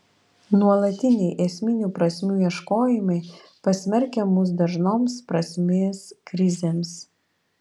nuolatiniai esminių prasmių ieškojimai pasmerkia mus dažnoms prasmės krizėms